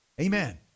Amen